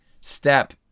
step